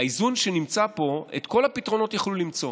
האיזון שנמצא פה, את כל הפתרונות יכלו למצוא.